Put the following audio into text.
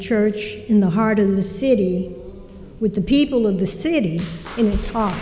church in the heart of the city with the people of the city instal